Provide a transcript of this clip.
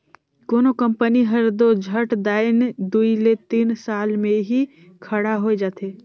कोनो कंपनी हर दो झट दाएन दुई ले तीन साल में ही खड़ा होए जाथे